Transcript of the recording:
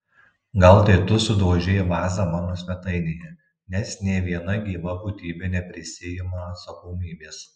gal tai tu sudaužei vazą mano svetainėje nes nė viena gyva būtybė neprisiima atsakomybės